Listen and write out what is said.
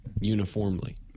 uniformly